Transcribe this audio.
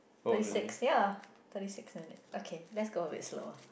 thirty six ya thirty six minute okay let's go a little bit slower